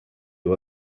who